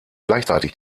gleichzeitig